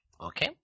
Okay